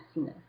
Yes